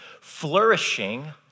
flourishing